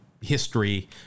history